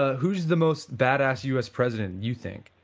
who is the most badass us president you think?